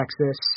Texas